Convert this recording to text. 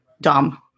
dumb